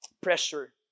Pressure